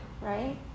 right